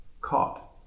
caught